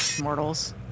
mortals